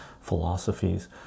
philosophies